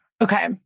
Okay